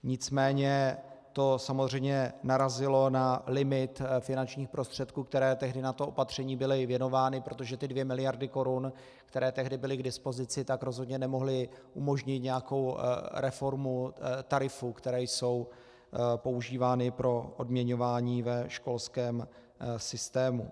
Nicméně to samozřejmě narazilo na limit finančních prostředků, které tehdy na to opatření byly věnovány, protože ty dvě miliardy korun, které tehdy byly k dispozici, rozhodně nemohly umožnit nějakou reformu tarifů, které jsou používány pro odměňování ve školském systému.